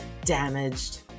damaged